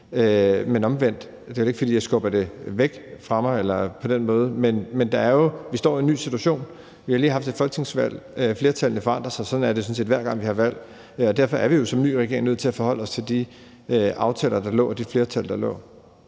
men omvendt er det heller ikke, fordi jeg på den måde skubber det væk fra mig. Vi står jo i en ny situation, for vi har lige haft et folketingsvalg. Flertallene forandrer sig, og sådan er det sådan set, hver gang vi har haft valg, og derfor er vi jo som ny regering nødt til at forholde os til de aftaler, der lå, og de flertal, der var.